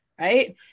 Right